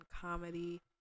comedy